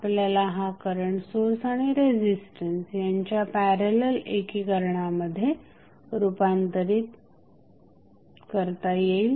आपल्याला हा current source आणि रेझिस्टन्स यांच्या पॅरेलल एकीकरणामध्ये रूपांतरित येईल